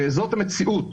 זאת המציאות.